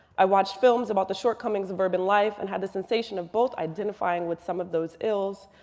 i watched films about the shortcomings of urban life and had the sensation of both identifying with some of those ills,